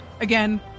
again